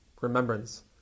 remembrance